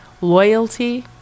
loyalty